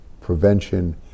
prevention